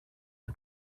her